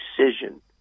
decision